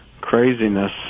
craziness